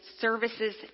services